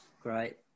Great